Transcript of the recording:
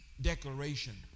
declaration